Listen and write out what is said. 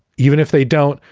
even if they don't,